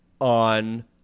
on